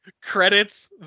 Credits